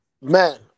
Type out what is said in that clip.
Man